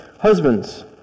Husbands